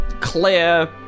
clear